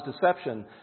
deception